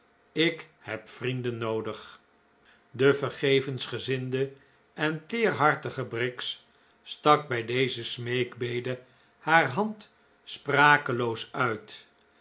ik heb vrienden noodig de vergevensgezinde en teerhartige briggs stak bij deze smeekbede haar hand sprakeloos uit